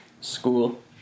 school